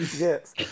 Yes